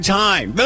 time